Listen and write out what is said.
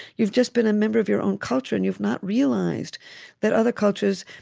you've just been a member of your own culture, and you've not realized that other cultures,